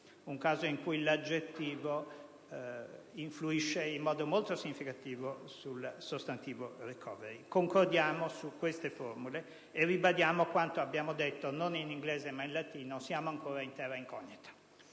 un caso in cui l'aggettivo influisce in modo molto significativo sul sostantivo *recovery*. Concordiamo su queste formule e ribadiamo quanto abbiamo detto non in inglese ma in latino: siamo ancora in *terra incognita*.